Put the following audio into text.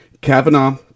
Kavanaugh